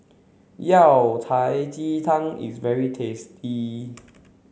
Yao Cai Ji Tang is very tasty